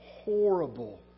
horrible